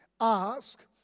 Ask